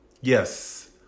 yes